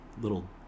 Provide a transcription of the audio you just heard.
little